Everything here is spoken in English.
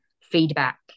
feedback